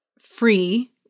free